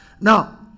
now